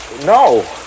no